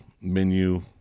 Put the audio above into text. menu